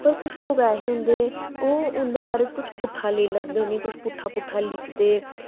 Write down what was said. पर कुछ लोग ऐसे होंदे ओह् उं'दे बारे च कुछ पुट्ठा लेई लैंदे उ'नें गी कुछ पुट्ठा पुट्ठा लिखदे